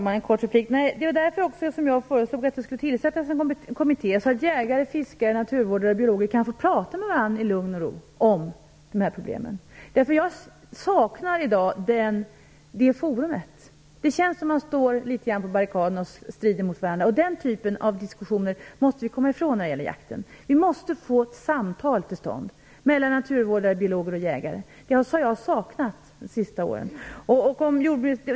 Herr talman! Det var därför som jag föreslog att det skulle tillsättas en kommitté så att jägare, fiskare, naturvårdare och biologer kan få tillfälle att tala med varandra i lugn och ro om dessa problem. Jag saknar i dag ett sådant forum. Det känns litet grand som att man står på barrikaderna och strider mot varandra. Den typen av diskussioner om jakten måste vi komma ifrån. Vi måste få samtal till stånd mellan naturvårdare, biologer och jägare, vilket jag har saknat under de senaste åren.